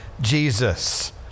Jesus